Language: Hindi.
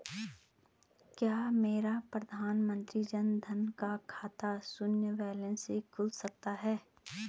क्या मेरा प्रधानमंत्री जन धन का खाता शून्य बैलेंस से खुल सकता है?